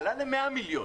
עלה ל-100 מיליון.